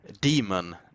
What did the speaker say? demon